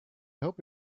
hope